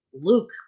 Luke